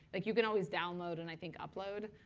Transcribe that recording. like you can always download and i think upload.